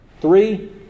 Three